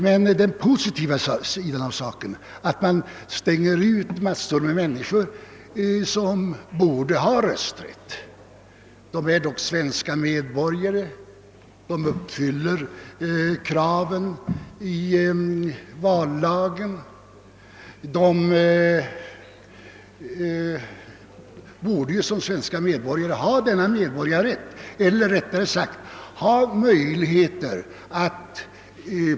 Men den positiva sidan har inte tillgodosetts i samma grad; många människor som borde ha rästrätt utestängs nu trots att de är svenska medborgare och uppfyller kraven i vallagen och följaktligen borde ha denna medborgarrätt eller, rättare sagt, borde efter ansökan därom få utöva denna sin medborgarrätt.